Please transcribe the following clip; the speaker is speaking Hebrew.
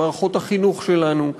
במערכות החינוך שלנו,